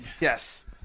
Yes